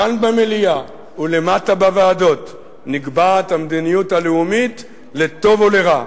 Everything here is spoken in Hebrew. כאן במליאה ולמטה בוועדות נקבעת המדיניות הלאומית לטוב או לרע.